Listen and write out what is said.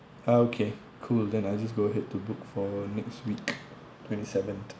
ah okay cool then I just go ahead to book for next week twenty seventh